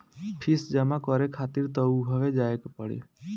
fees जमा करे खातिर तअ उहवे जाए के पड़ी